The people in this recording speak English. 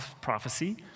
prophecy